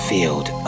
Field